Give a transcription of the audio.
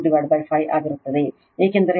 4 5 ಆಗಿರುತ್ತದೆ ಏಕೆಂದರೆ ಅದು XL 31